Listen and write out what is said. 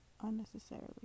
unnecessarily